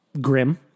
Grim